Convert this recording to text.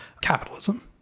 capitalism